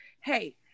Hey